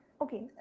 Okay